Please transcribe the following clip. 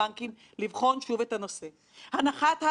זה לא שהיא אינה מוצדקת אלא שהיא אינה פועלת